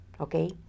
okay